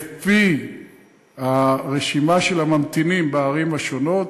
לפי הרשימה של הממתינים בערים השונות: